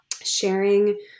sharing